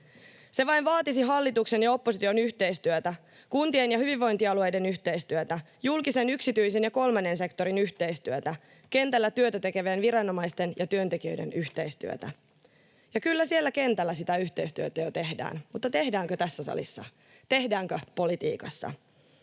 Se vain vaatisi hallituksen ja opposition yhteistyötä, kuntien ja hyvinvointialueiden yhteistyötä, julkisen, yksityisen ja kolmannen sektorin yhteistyötä, kentällä työtä tekevien viranomaisten ja työntekijöiden yhteistyötä. Ja kyllä siellä kentällä sitä yhteistyötä jo tehdään, mutta tehdäänkö tässä salissa, tehdäänkö politiikassa?